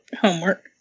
homework